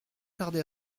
tarder